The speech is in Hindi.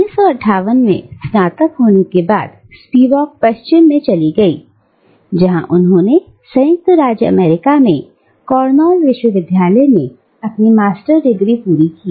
1959 में स्नातक होने के बाद स्पिवाक पश्चिम में चली गई जहां उन्होंने संयुक्त राज्य अमेरिका में कॉर्नेल विश्वविद्यालय में अपनी मास्टर डिग्री पूरी की